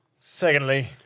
Secondly